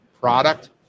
product